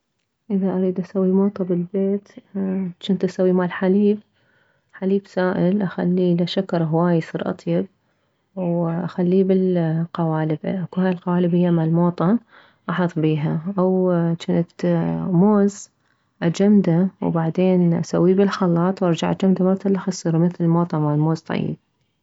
اذا اريد اسوي موطا بالبيت جنت اسوي مالحليب الحليب للسائل بعدين اخليله شكر هواي يصير اطيب واخليه بالقوالب اكو هاي قوالب هي مالموطا احط بيها او جنت موز اجمده وبعدين اسويه بالخلاط وارجع اجمده مرتلخ تصير مثل الموطا مالموز طيب